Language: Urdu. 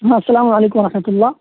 ہاں السلام علیکم و رحمۃ اللہ